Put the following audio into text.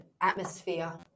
atmosphere